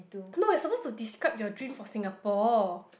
no you're supposed to describe your dream for Singapore